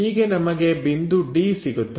ಹೀಗೆ ನಮಗೆ ಬಿಂದು d ಸಿಗುತ್ತದೆ